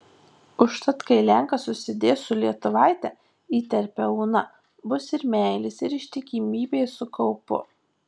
užtat kai lenkas susidės su lietuvaite įterpia ona bus ir meilės ir ištikimybės su kaupu